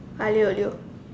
Aglio-Olio